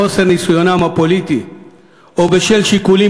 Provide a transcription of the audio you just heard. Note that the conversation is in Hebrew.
בחוסר ניסיונם הפוליטי או בשל שיקולים